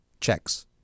checks